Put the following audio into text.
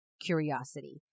curiosity